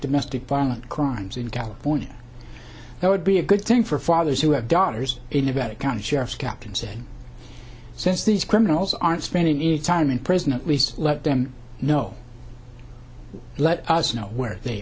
domestic violent crimes in california that would be a good thing for fathers who have daughters in about county sheriff's captain saying since these criminals aren't spending any time in prison at least let them know let us know whe